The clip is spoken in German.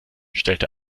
stellte